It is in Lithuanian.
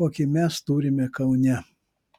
kokį mes turime kaune